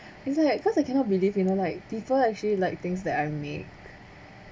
it's like cause I cannot believe you know like people actually like things that I make